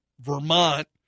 Vermont